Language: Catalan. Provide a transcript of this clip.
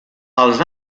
als